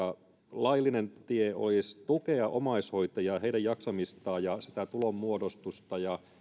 laillinen tie olisi tukea omaishoitajia heidän jaksamistaan ja sitä tulonmuodostusta ja